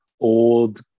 old